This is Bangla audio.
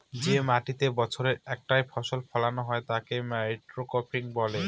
যে মাটিতেতে বছরে একটাই ফসল ফোলানো হয় তাকে মনোক্রপিং বলে